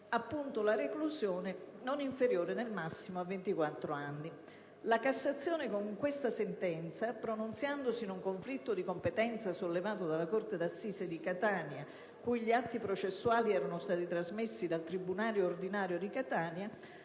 La Cassazione, con la sentenza citata, pronunziandosi in un conflitto di competenza sollevato dalla corte d'assise di Catania, cui gli atti processuali erano stati trasmessi dal tribunale ordinario di Catania,